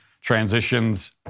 transitions